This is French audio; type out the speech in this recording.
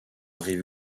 rive